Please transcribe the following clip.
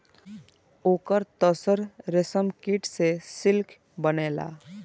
ओकर तसर रेशमकीट से सिल्क बनेला